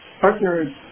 partners